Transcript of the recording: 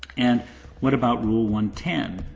and what about rule one ten,